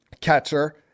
catcher